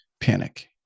panic